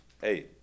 Hey